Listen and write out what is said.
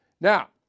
Now